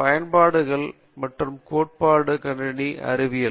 பயன்பாடுகள் மற்றும் கோட்பாட்டு கணினி அறிவியல்